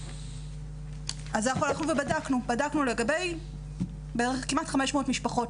הלכנו ובדקנו לגבי כמעט 500 משפחות,